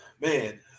man